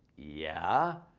yeah.